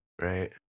right